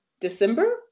December